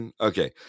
okay